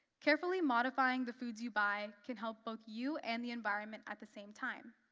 carefully modifying the foods you buy can help both you and the environment at the same time.